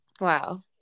Wow